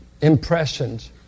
impressions